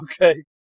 Okay